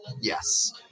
Yes